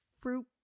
fruit